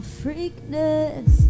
freakness